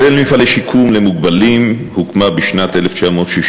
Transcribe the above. הקרן למפעלי שיקום למוגבלים הוקמה בשנת 1964